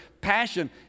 Passion